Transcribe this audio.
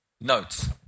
notes